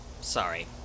Sorry